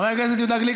חבר הכנסת יהודה גליק,